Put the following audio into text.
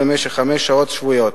במשך חמש שעות שבועיות.